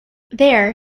there